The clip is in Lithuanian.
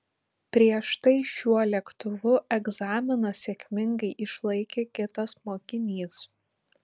prieš tai šiuo lėktuvu egzaminą sėkmingai išlaikė kitas mokinys